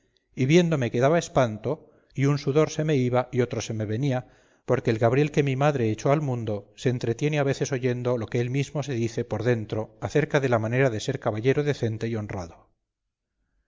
y viéndome me daba espanto y un sudor se me iba y otro se me venía porque el gabriel que mi madre echó al mundo se entretiene a veces oyendo lo que él mismo se dice por dentro acerca de la manera de ser caballero decente y honrado